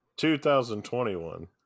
2021